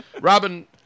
Robin